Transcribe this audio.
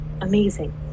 amazing